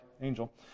angel